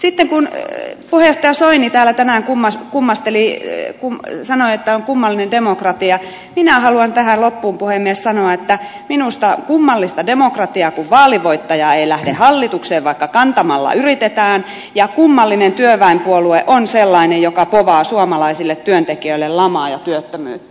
sitten kun puheenjohtaja soini täällä tänään sanoi että on kummallinen demokratia niin minä haluan tähän loppuun puhemies sanoa että minusta on kummallista demokratiaa kun vaalivoittaja ei lähde hallitukseen vaikka kantamalla yritetään ja kummallinen työväenpuolue on sellainen joka povaa suomalaisille työntekijöille lamaa ja työttömyyttä